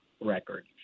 record